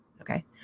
Okay